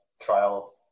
trial